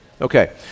Okay